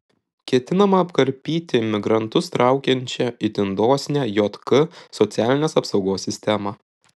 ketinama apkarpyti imigrantus traukiančią itin dosnią jk socialinės apsaugos sistemą